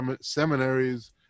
seminaries